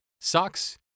socks